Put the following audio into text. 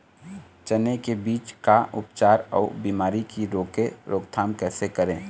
चने की बीज का उपचार अउ बीमारी की रोके रोकथाम कैसे करें?